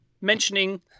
mentioning